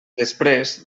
després